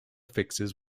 fixes